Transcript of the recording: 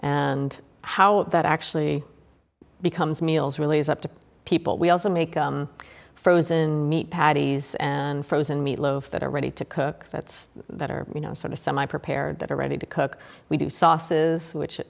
and how that actually becomes meals really is up to people we also make frozen meat patties and frozen meat loaf that are ready to cook that's that are you know sort of semi prepared that are ready to cook we do sauces which